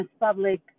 public